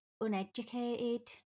uneducated